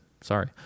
sorry